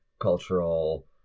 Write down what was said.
cultural